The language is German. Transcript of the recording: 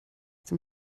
dem